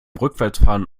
rückwärtsfahren